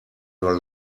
your